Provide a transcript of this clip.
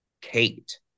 Kate